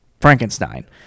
Frankenstein